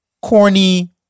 Corny